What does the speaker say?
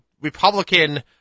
Republican